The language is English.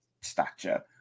stature